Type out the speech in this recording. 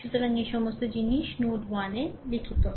সুতরাং এই সমস্ত জিনিস নোড 1 এ লিখিত হয়